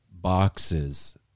boxes